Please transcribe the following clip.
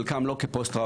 חלקם לא כפוסט-טראומטיים.